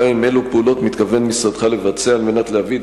2. אילו פעולות מתכוון משרדך לבצע על מנת להביא את